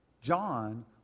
John